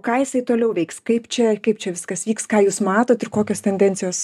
ką jisai toliau veiks kaip čia kaip čia viskas vyks ką jūs matot ir kokios tendencijos